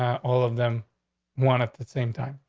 all of them one of the same time.